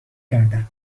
کردن